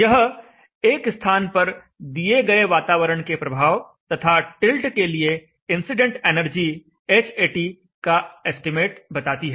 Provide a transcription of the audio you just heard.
यह एक स्थान पर दिए गए वातावरण के प्रभाव तथा टिल्ट के लिए इंसिडेंट एनर्जी Hat का एस्टीमेट बताती है